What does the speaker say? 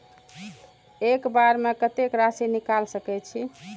एक बार में कतेक राशि निकाल सकेछी?